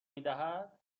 میدهد